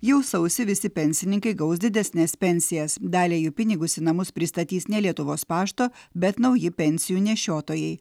jau sausį visi pensininkai gaus didesnes pensijas daliai jų pinigus į namus pristatys ne lietuvos pašto bet nauji pensijų nešiotojai